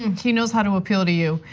and he knows how to appeal to you.